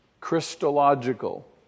Christological